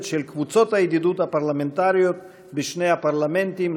של קבוצות הידידות הפרלמנטריות בשני הפרלמנטים.